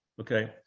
Okay